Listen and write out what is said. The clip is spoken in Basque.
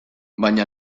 baina